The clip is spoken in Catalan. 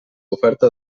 oferta